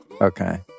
Okay